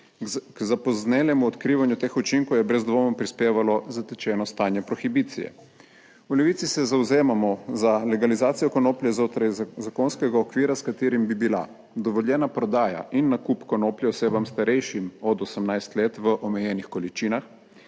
K zapoznelemu odkrivanju teh učinkov je brez dvoma prispevalo zatečeno stanje prohibicije. V Levici se zavzemamo za legalizacijo konoplje znotraj zakonskega okvira, s katerim bi bila dovoljena prodaja in nakup konoplje osebam starejšim od 18 let v omejenih količinah,